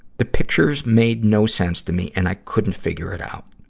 the pictures made no sense to me, and i couldn't figure it out.